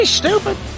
stupid